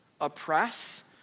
oppress